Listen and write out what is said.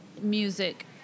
music